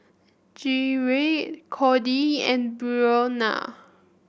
Gerrit Cordie and Brionna